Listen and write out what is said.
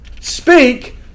Speak